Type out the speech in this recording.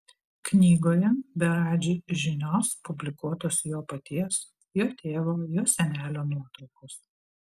knygoje be radži žinios publikuotos jo paties jo tėvo jo senelio nuotraukos